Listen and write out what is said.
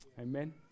Amen